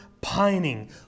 pining